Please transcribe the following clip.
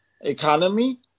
economy